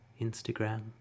Instagram